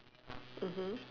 mmhmm